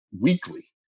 weekly